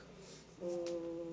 mm